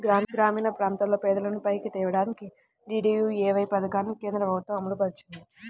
గ్రామీణప్రాంతాల్లో పేదలను పైకి తేడానికి డీడీయూఏవై పథకాన్ని కేంద్రప్రభుత్వం అమలుపరిచింది